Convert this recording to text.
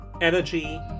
Energy